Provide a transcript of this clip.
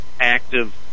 active